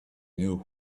know